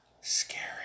Scary